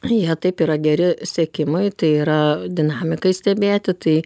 jie taip yra geri sekimui tai yra dinamikai stebėti tai